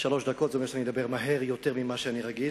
שלוש דקות זה אומר שאני אדבר מהר יותר מכפי שאני רגיל